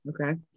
Okay